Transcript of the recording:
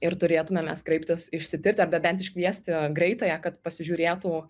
ir turėtume mes kreiptis išsitirti arba bent iškviesti greitąją kad pasižiūrėtų